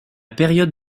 période